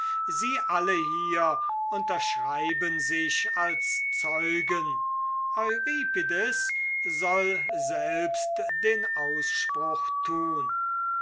sie alle hier unterschreiben sich als zeugen euripides soll selbst den ausspruch tun